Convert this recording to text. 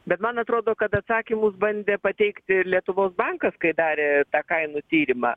bet man atrodo kad atsakymus bandė pateikti ir lietuvos bankas kai darė tą kainų tyrimą